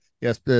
yes